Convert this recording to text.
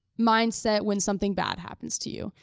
mindset when something bad happens to you,